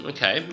Okay